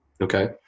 okay